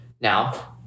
Now